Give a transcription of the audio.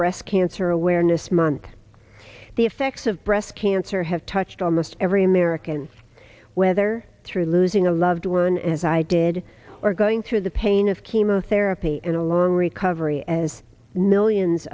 breast cancer awareness month the effects of breast cancer have touched almost every american whether through losing a loved one as i did or going through the pain of chemotherapy and a long recovery as millions